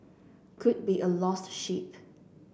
could be a lost sheep